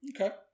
Okay